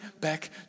back